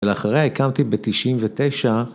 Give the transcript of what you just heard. ‫ולאחרה הקמתי ב-99'...